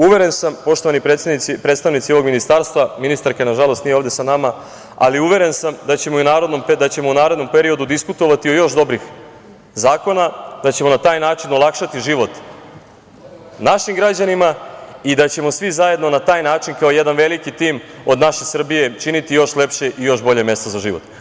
Uveren sam, poštovani predstavnici ovog ministarstva, ministarka, nažalost, nije ovde sa nama, ali uveren sam da ćemo u narednom periodu diskutovati o još dobrih zakona i da ćemo na taj način olakšati život našim građanima i da ćemo svi zajedno na taj način kao jedan veliki tim od naše Srbije činiti još lepše i još bolje mesto za život.